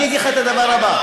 אני אגיד לך את הדבר הבא,